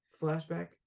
flashback